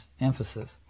emphasis